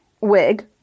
wig